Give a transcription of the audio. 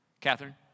Catherine